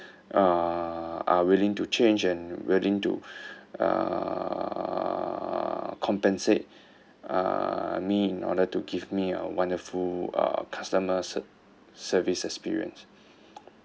uh are willing to change and willing to err compensate uh me in order to give me a wonderful uh customer ser~ service experience